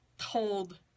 told